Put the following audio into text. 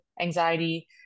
anxiety